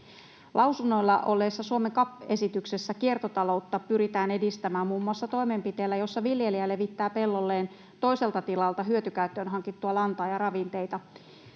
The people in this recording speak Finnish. Lausunnoilla olleessa Suomen CAP-esityksessä kiertotaloutta pyritään edistämään muun muassa toimenpiteillä, joissa viljelijä levittää pellolleen toiselta tilalta hyötykäyttöön hankittua lantaa ja ravinteita.